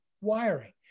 wiring